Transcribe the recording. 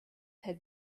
had